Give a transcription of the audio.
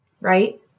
Right